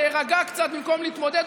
להירגע קצת במקום להתמודד,